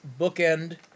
bookend